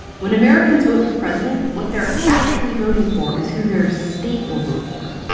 when americans vote for president, what they're actually voting for, is who their state will vote for.